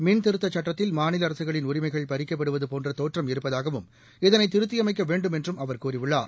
மின் திருத்தச் சுட்டத்தில் மாநில அரசுகளின் உரிமைகள் பறிக்கப்படுவது போன்ற தோற்றம் இருப்பதாகவும் இதனை திருத்தியமைக்க வேண்டும் என்றும் அவர் கூறியுள்ளார்